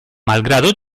malgrado